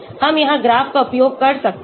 हम यहां ग्राफ का उपयोग कर सकते हैं